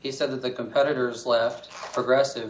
he said that the competitors left for gres